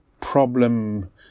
problem